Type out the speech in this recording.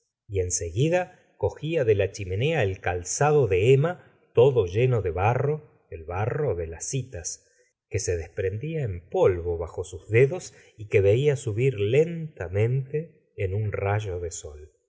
y en seguida cogía de la chimenea el calzado de f mma todo lleno de barro el barro de las citas que se desprendía en polvo bajo sus dedos y que veía subir lentamente en un rayo de sol